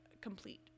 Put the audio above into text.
complete